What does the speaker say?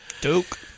Duke